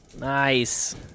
Nice